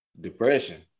depression